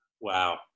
wow